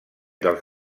dels